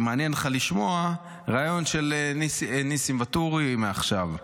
אם מעניין אותך לשמוע ריאיון של ניסים ואטורי מעכשיו,